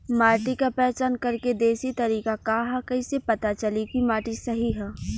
माटी क पहचान करके देशी तरीका का ह कईसे पता चली कि माटी सही ह?